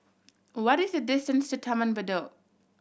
what is the distance to Taman Bedok